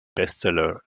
bestseller